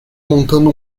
montando